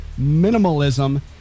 minimalism